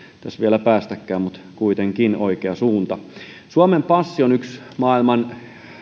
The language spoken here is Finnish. tässä vielä päästäkään mutta oikea suunta kuitenkin suomen passi on oikeastaan yksi maailman